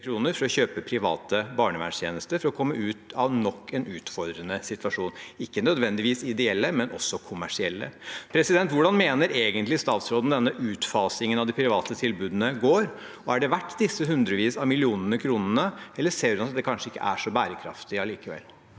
for å kjøpe private barnevernstjenester for å komme ut av nok en utfordrende situasjon – ikke nødvendigvis ideelle, også kommersielle. Hvordan mener egentlig statsråden denne utfasingen av de private tilbudene går? Er det verdt disse hundrevis av millioner kronene, eller ser hun at det kanskje ikke er så bærekraftig allikevel?